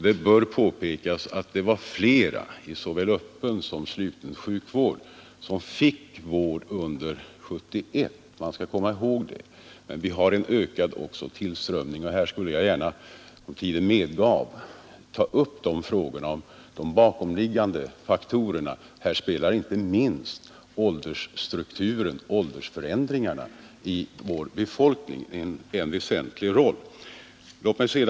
Det bör påpekas att det var flera i såväl öppen som sluten sjukvård som fick vård under år 1972. Men vi har också en ökad tillströmning, och jag skulle gärna, om tiden medgav det, ta upp de bakomliggande faktorerna. Här spelar inte minst åldersstrukturen, åldersförändringarna i vår befolkning en väsentlig roll.